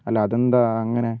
അല്ല അതെന്താ അങ്ങനെ